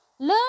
Learn